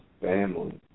family